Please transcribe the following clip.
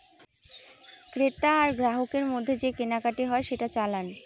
ক্রেতা আর গ্রাহকের মধ্যে যে কেনাকাটি হয় সেটা চালান